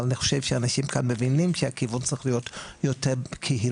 אבל אני חושב שאנשים כאן מבינים שהכיוון צריך להיות יותר קהילה.